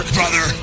brother